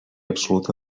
absoluta